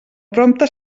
prompte